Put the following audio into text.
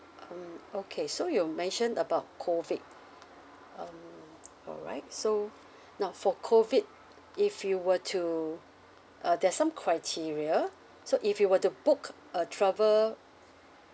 um okay so you mentioned about COVID um alright so now for COVID if you were to uh there's some criteria so if you were to book a travel